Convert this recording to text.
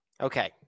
Okay